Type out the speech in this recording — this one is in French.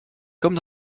comme